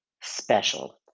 special